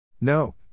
No